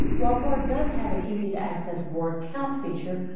while word does have an easy-to-access word count feature,